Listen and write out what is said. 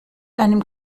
einem